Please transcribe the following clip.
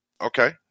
Okay